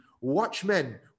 Watchmen